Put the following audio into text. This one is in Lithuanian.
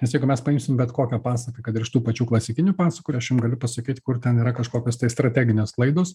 nes jeigu mes paimsim bet kokią pasaką kad ir iš tų pačių klasikinių pasakų aš jum galiu pasakyt kur ten yra kažkokios tai strateginės klaidos